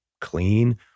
clean